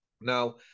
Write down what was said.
Now